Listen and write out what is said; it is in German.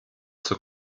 zur